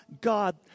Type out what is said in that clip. God